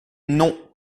non